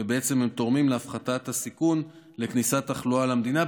הם תורמים להפחתת הסיכון לכניסת תחלואה למדינה,